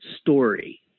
story